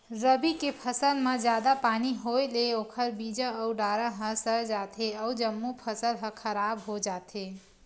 रबी के फसल म जादा पानी होए ले ओखर बीजा अउ डारा ह सर जाथे अउ जम्मो फसल ह खराब हो जाथे